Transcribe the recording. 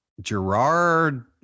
Gerard